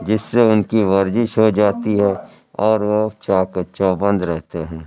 جس سے ان کی ورزش ہو جاتی ہے اور وہ چاق و چوبند رہتے ہیں